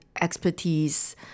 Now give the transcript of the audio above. expertise